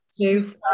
Two